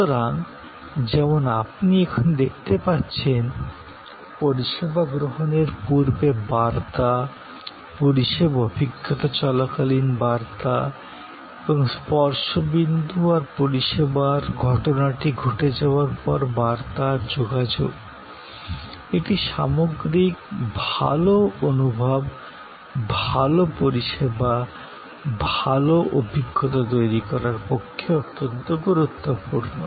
সুতরাং যেমন আপনি এখানে দেখতে পাচ্ছেন পরিষেবা গ্রহণের পূর্বে বার্তা পরিষেবা অভিজ্ঞতা চলাকালীন বার্তা এবং স্পর্শ বিন্দু আর পরিষেবার ঘটনাটি ঘটে যাওয়ার পর বার্তা আর যোগাযোগ একটি সামগ্রিক ভালো অনুভব ভালো পরিষেবা ভালো অভিজ্ঞতা তৈরি করার পক্ষে অত্যন্ত গুরুত্বপূর্ণ